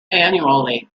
annually